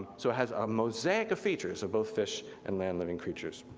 so it has a mosaic of features of both fish and land living creatures.